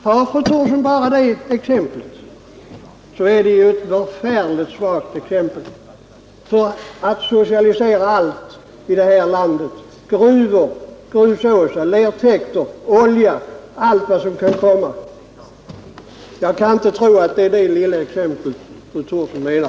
Har fru Thorsson bara det exemplet att anföra, så är det ju ett förfärligt svagt skäl för att socialisera alla naturtillgångar under markytan — gruvor, grusåsar, lertäkter, olja osv. Jag kan inte tro att det är detta exempel fru Thorsson menar.